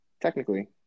Technically